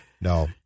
No